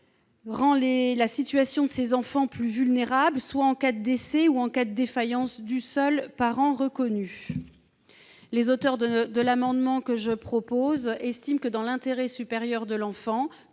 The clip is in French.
rendrait la situation de ces enfants plus vulnérable en cas de décès ou de défaillance du seul parent reconnu. Les auteurs du présent amendement estiment que, dans l'intérêt supérieur de l'enfant,